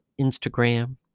Instagram